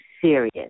serious